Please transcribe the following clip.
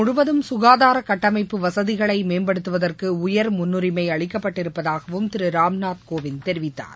முழுவதும் சுகாதார கட்டமைப்பு வசதிகளை மேம்படுத்துவதற்கு உயர் முன்னுரிமை நாடு அளிக்கப்பட்டிருப்பதாகவும் திரு ராம்நாத் கோவிந்த் தெரிவித்தார்